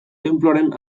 tenpluaren